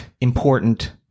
important